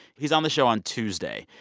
he's on the show on tuesday.